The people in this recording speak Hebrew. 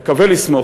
מקווה לסמוך,